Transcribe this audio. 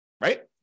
Right